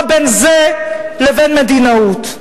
מה בין זה לבין מדינאות?